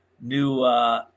new